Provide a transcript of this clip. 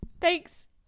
thanks